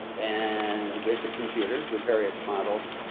and with a computer with various models,